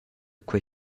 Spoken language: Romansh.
quei